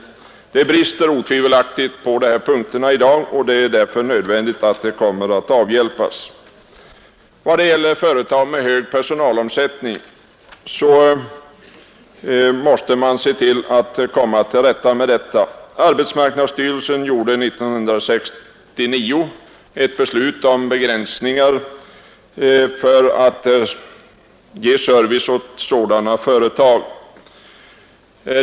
Det brister otvivelaktigt på dessa punkter i dag, och det är nödvändigt att detta avhjälps. Vad gäller företag med hög personalomsättning måste man se till att man kommer till rätta med detta. Arbetsmarknadsstyrelsen fattade 1969 ett beslut om begränsningar för att ge service åt sådana företag.